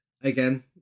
Again